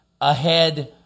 ahead